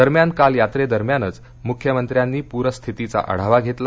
दरम्यान काल यात्रेदरम्यानच मुख्यमंत्र्यांनी प्रस्थितीचा आढावा घेतला